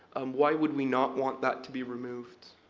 um why would we not want that to be removed?